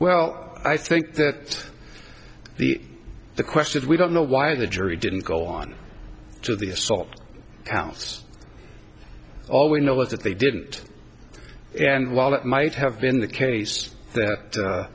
well i think that the the question we don't know why the jury didn't go on to the assault counts all we know is that they didn't and while it might have been the case that